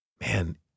Man